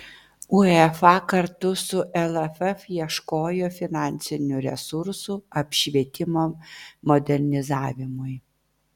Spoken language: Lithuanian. uefa kartu su lff ieškojo finansinių resursų apšvietimo modernizavimui